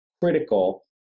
critical